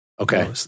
Okay